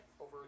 over